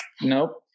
nope